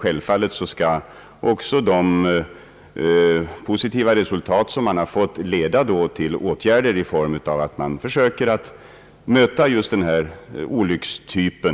Självfallet skall de positiva resultat, som man uppnått, leda till åtgärder i form av försök att möta just denna olyckstyp